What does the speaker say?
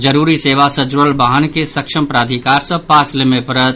जरूरी सेवा सँ जुड़ल वाहन के सक्षम प्राधिकार सँ पास लेबय पड़त